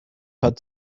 hat